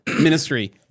ministry